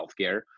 healthcare